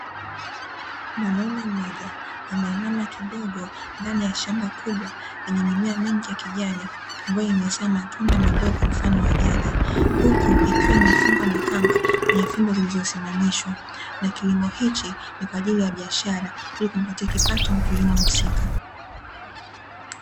Mwanaume mmoja ameinama kidogo ndani ya shamba kubwa lenye mimea mingi ya kijani ambayo imezaa matunda madogo mfano wa nyanya, huku ikiwa imefungwa na kamba kwenye fimbo zilizosimamishwa. Na kilimo hiki ni kwa ajili ya biashara ili kumpatia kipato mkulima husika.